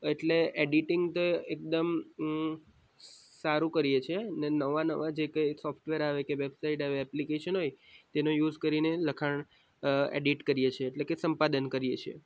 એટલે એડિટિંગ તો એકદમ સારું કરીયે છીએ અને નવા નવા જે કંઈ સોફ્ટવેર આવે કે વેબસાઈટ આવે એપ્લિકેશન હોય તેનો યુઝ કરીને લખાણ એડિટ કરીએ છીએ એટલે કે સંપાદન કરીએ છીએ